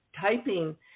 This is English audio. typing